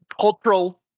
cultural